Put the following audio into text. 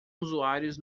usuários